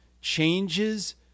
changes